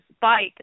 bike